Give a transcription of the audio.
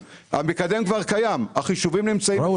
והמקדם כבר קיים והחישובים נמצאים --- ראול,